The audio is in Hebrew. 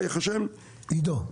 עידו,